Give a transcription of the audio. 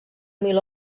mil